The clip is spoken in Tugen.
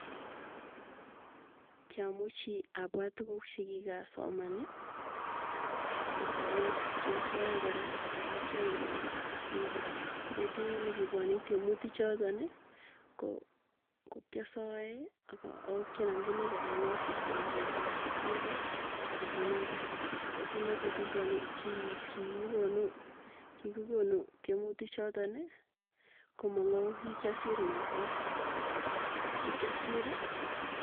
Kiamuchii apwat tukuuk chikikasomani, ako kiasae koraa ako kiangen ale asire ko petut nekipwane tiemuti chotoki. Ko kiasae ako kianamchinii kayaneti angen ale, asire petunotok. Petunotok kipwonii ki kikikonu kikikonu tiemuti chotoni komang'u ko kiasir misiing kikiasiri.